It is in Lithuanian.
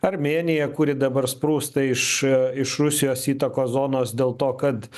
armėnija kuri dabar sprūsta iš iš rusijos įtakos zonos dėl to kad